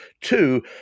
Two